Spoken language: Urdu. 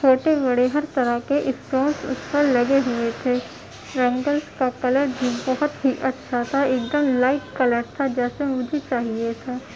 چھوٹے بڑے ہر طرح کے اسٹارس اس پہ لگے ہوئے تھے بینگلس کا کلر بھی بہت ہی اچھا تھا ایک دم لائٹ کلر تھا جیسا مجھے چاہیے تھا